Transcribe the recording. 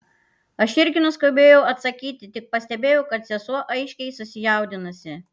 aš irgi neskubėjau atsakyti tik pastebėjau kad sesuo aiškiai susijaudinusi